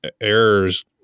errors